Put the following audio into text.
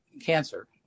cancer